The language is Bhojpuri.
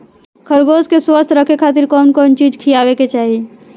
खरगोश के स्वस्थ रखे खातिर कउन कउन चिज खिआवे के चाही?